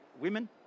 women